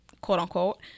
quote-unquote